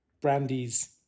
Brandy's